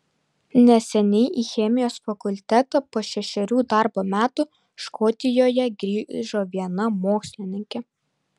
neseniai į chemijos fakultetą po šešerių darbo metų škotijoje grįžo viena mokslininkė